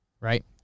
right